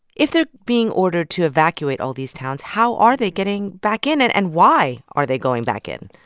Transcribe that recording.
if they're being ordered to evacuate all these towns, how are they getting back in and and why are they going back in?